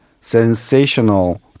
sensational